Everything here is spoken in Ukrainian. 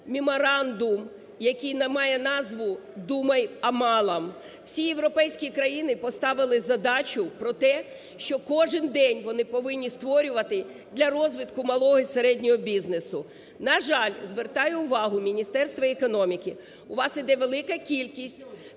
Меморандум, який має назву: "Думай о малом". Всі європейські країни поставили задачу про те, що кожен день вони повинні створювати для розвитку малого і середнього бізнесу. На жаль, звертаю увагу Міністерства економіки, у вас йде велика кількість